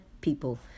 people